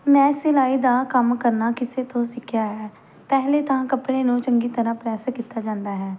ਮੈਂ ਸਿਲਾਈ ਦਾ ਕੰਮ ਕਰਨਾ ਕਿਸੇ ਤੋਂ ਸਿੱਖਿਆ ਹੈ ਪਹਿਲੇ ਤਾਂ ਕੱਪੜੇ ਨੂੰ ਚੰਗੀ ਤਰ੍ਹਾਂ ਪ੍ਰੈਸ ਕੀਤਾ ਜਾਂਦਾ ਹੈ